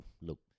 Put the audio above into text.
look